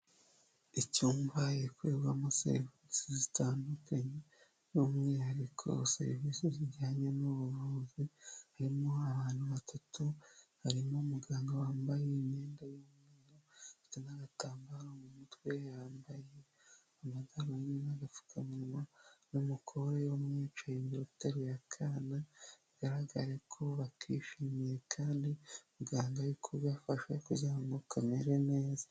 Icyumba ikorerwamo serivisi zitandukanye by'umwihariko serivisi zijyanye n'ubuvuzi harimo ahantu hatatu, harimo umuganga wambaye imyenda y'umweru ndetse n'agatambaro mu mutwe yambaye amadarubindi n'agapfukamunwa n'umugore w'umwicaye imbere uteruye akana bigaragare ko bakishimiye kandi muganga ari kugafasha kugirarango kamere neza.